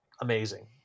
amazing